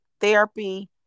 Therapy